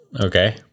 okay